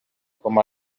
com